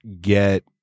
get